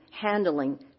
handling